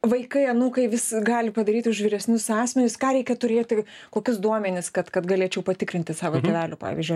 vaikai anūkai vis gali padaryti už vyresnius asmenis ką reikia turėti kokius duomenis kad kad galėčiau patikrinti savo tėvelių pavyzdžiui